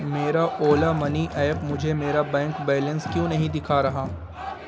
میرا Ola money app مجھے میرا بینک بیلنس کیوں نہیں دکھا رہا